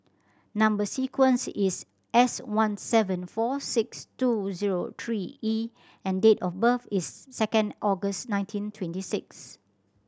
number sequence is S one seven four six two zero three E and date of birth is second August nineteen twenty six